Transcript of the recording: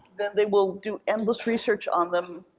then they will do endless research on them,